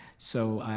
so